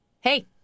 Hey